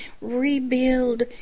rebuild